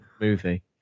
movie